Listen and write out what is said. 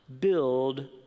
build